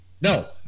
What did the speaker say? no